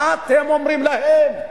מה אתם אומרים להם?